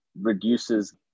reduces